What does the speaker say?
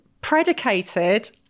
predicated